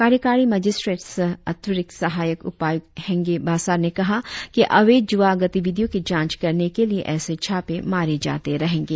कार्यकारी मजिस्ट्रेट सह अतिरिक्त सहायक उपायुक्त हेंगे बासार ने कहा कि अवैध जुआ गतिविधियों के जांच करने के लिए ऎसी छापे मारे जाते रहेंगे